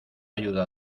ayuda